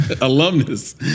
alumnus